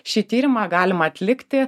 šį tyrimą galima atlikti